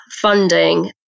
funding